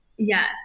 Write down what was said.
Yes